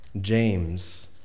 James